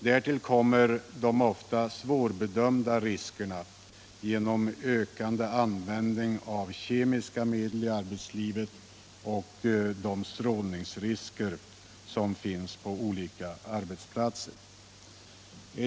Därtill kommer de ofta svårbedömda riskerna genom ökande användning av kemiska medel i arbetslivet och de strålningsrisker som finns på olika arbetsplatser.